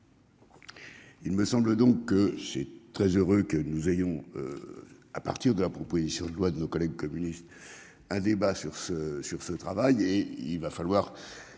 Il me semble donc c'est très heureux que nous ayons. À partir de la proposition de loi de nos collègues communistes. Un débat sur ce sur